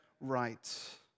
right